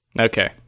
Okay